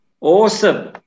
Awesome